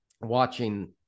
watching